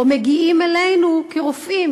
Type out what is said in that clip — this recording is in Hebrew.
או מגיעים אלינו כרופאים,